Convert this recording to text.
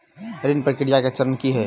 ऋण प्रक्रिया केँ चरण की है?